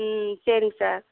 ம் சரிங்க சார்